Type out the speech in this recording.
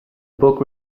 book